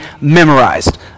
memorized